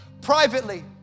privately